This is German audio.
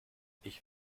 ich